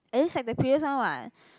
at least like the previous one [what]